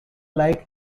like